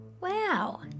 Wow